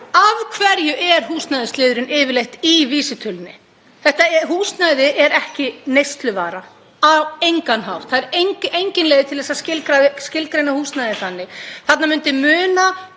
Af hverju er húsnæðisliðurinn yfirleitt í vísitölunni? Húsnæði er ekki neysluvara, á engan hátt. Það er engin leið að skilgreina húsnæði þannig. Það myndi muna